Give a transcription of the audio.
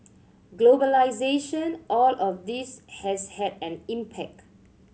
globalisation all of this has had an impact